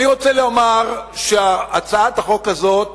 אני רוצה לומר שהצעת החוק הזאת,